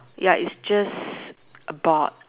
ya it's just a board